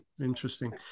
interesting